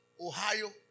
Ohio